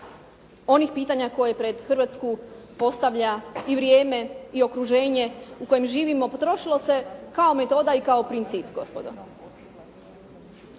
onih pitanja koji pred Hrvatsku postavlja i vrijeme i okruženje u kojem živimo, potrošilo se kao metoda i kao princip gospodo.